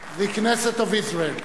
the Knesset of Israel.